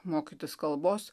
mokytis kalbos